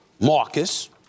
Marcus